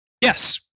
Yes